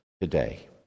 today